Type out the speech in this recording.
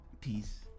peace